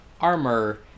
armor